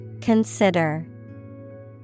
Consider